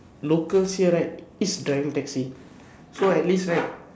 locals here right is driving taxi so at least right